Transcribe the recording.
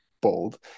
bold